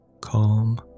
Calm